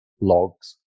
logs